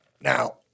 Now